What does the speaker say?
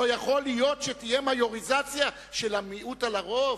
לא יכול להיות שתהיה מיוריזציה של המיעוט על הרוב.